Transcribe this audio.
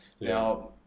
Now